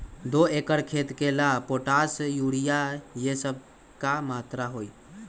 दो एकर खेत के ला पोटाश, यूरिया ये सब का मात्रा होई?